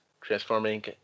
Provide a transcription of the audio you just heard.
transforming